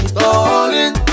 darling